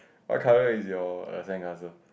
what colour is your err sand castle